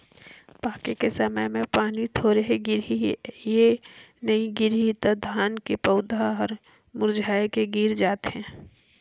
पाके के समय मे पानी थोरहे गिरही य नइ गिरही त धान के पउधा हर मुरझाए के गिर जाथे